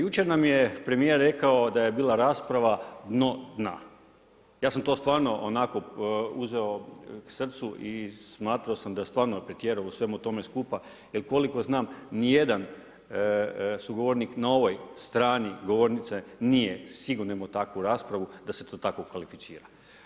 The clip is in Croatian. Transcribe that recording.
Jučer nam je premijer rekao da je bila rasprava dno dna, ja sam to stvarno onako uzeo k srcu i smatrao sam da je stvarno pretjerao u svemu tome skupa jel koliko znam nijedan sugovornik na ovoj strani govornice nije sigurno imao takvu raspravu da se to tako kvalificira.